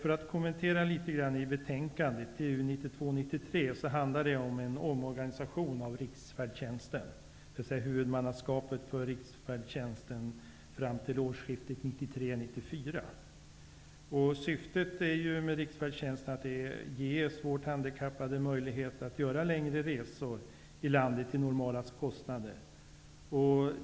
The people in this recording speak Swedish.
Trafikutskottets betänkande nr 8 handlar om en omorganisation av riksfärdtjänsten när det gäller huvudmannaskapet fram till årsskiftet 1993-1994. Syftet med riksfärdtjänsten är att ge svårt handikappade möjlighet att göra längre resor i landet till normala kostnader.